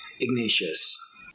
Ignatius